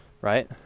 right